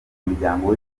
muryango